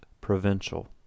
provincial